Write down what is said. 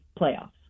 playoffs